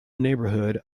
neighbourhood